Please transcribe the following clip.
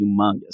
humongous